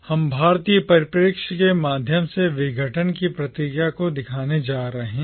हम भारतीय परिप्रेक्ष्य के माध्यम से विघटन की प्रक्रिया को देखने जा रहे हैं